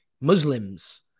Muslims